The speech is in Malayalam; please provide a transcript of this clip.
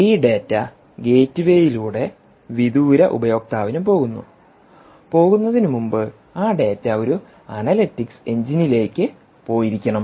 ഈ ഡാറ്റ ഗേറ്റ്വേയിലൂടെ വിദൂര ഉപയോക്താവിന് പോകുന്നു പോകുന്നതിന് മുമ്പ് ആ ഡാറ്റ ഒരു അനലിറ്റിക്സ് എഞ്ചിനിലേക്ക് പോയിരിക്കണം